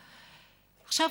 עכשיו,